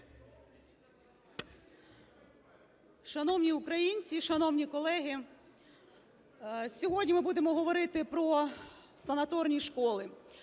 Шановні українці, шановні колеги, сьогодні ми будемо говорити про санаторні школи.